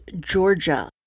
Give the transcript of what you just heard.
Georgia